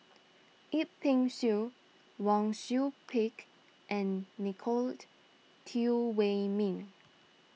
Yip Pin Xiu Wang Sui Pick and Nicolette Teo Wei Min